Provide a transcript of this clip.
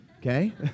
okay